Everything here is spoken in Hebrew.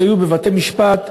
בעולם המשפט,